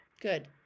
Good